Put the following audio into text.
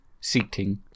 seating